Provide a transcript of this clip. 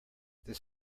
this